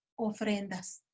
ofrendas